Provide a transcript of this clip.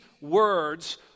words